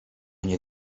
nie